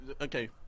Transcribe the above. okay